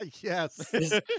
Yes